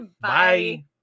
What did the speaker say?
Bye